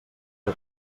que